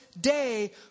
day